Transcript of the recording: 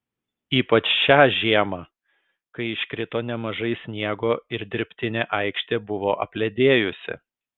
ypač šią žiemą kai iškrito nemažai sniego ir dirbtinė aikštė buvo apledėjusi